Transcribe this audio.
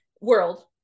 world